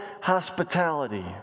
hospitality